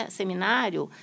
seminário